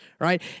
right